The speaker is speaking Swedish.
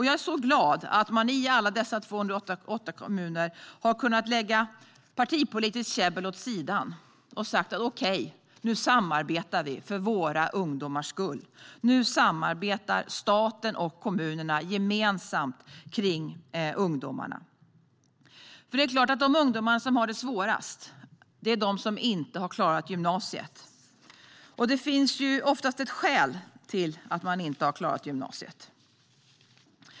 Jag är så glad över att man i alla dessa 288 kommuner har kunnat lägga partipolitiskt käbbel åt sidan och sagt: Okej, nu samarbetar vi för våra ungdomars skull. Nu arbetar staten och kommunerna gemensamt kring ungdomarna. De ungdomar som har det svårast är de som inte har klarat gymnasiet. Det finns oftast ett skäl till att man inte har gjort det.